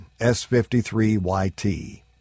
S53YT